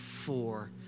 four